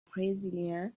brésilien